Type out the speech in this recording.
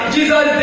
Jesus